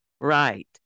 Right